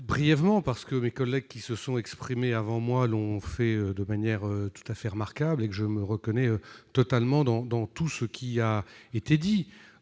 bref, car les collègues qui se sont exprimés avant moi l'ont fait de manière tout à fait remarquable et que je me reconnais totalement dans tout ce qui a été dit.